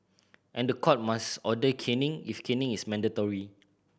and the court must order caning if caning is mandatory